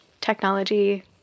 technology